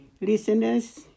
listeners